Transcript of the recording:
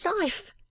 life